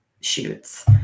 shoots